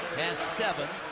seven.